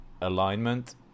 alignment